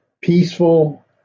peaceful